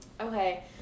Okay